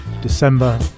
December